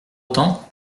autant